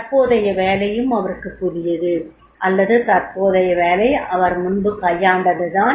தற்போதைய வேலையும் அவருக்கு புதியது அல்லது தற்போதைய வேலை அவர் முன்பு கையாண்டது தான்